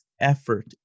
effort